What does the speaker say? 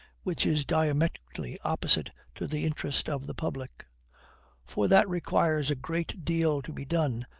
which is diametrically opposite to the interest of the public for that requires a great deal to be done,